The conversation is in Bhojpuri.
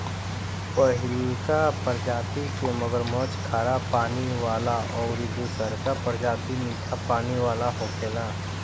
पहिलका प्रजाति के मगरमच्छ खारा पानी वाला अउरी दुसरका प्रजाति मीठा पानी वाला होखेला